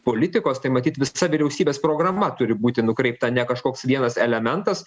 politikos tai matyt visa vyriausybės programa turi būti nukreipta ne kažkoks vienas elementas